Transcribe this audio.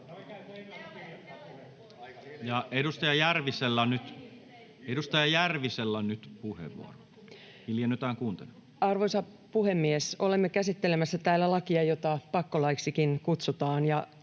Edustaja Järvisellä on nyt puheenvuoro. Hiljennytään kuuntelemaan. Arvoisa puhemies! Olemme käsittelemässä täällä lakia, jota pakkolaiksikin kutsutaan,